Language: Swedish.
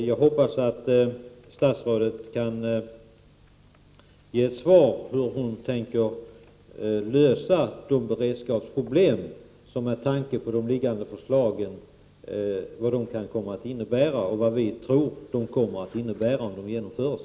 Jag hoppas att statsrådet också kan ge ett svar på hur hon tänker sig att lösa de beredskapsproblem som kommer att uppstå om de föreliggande förslagen kommer att genomföras.